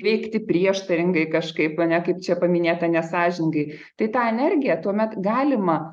veikti prieštaringai kažkaip ar ne kaip čia paminėta nesąžiningai tai tą energiją tuomet galima